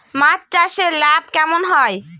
মাছ চাষে লাভ কেমন হয়?